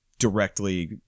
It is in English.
Directly